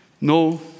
no